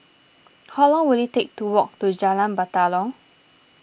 how long will it take to walk to Jalan Batalong